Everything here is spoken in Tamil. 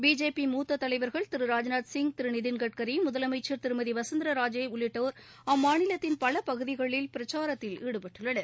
பிஜேபி மூத்த தலைவர்கள் திரு ராஜ்நாத் சிங் திரு நிதின்கட்சரி முதலமைச்சர் திருமதி வசுந்தரா ராஜே உள்ளிட்டோர் அம்மாநிலத்தின் பல பகுதிகளில் பிரச்சாரத்தில் ஈடுபட்டுள்ளனர்